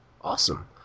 Awesome